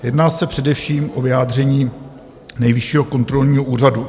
Jedná se především o vyjádření Nejvyššího kontrolního úřadu.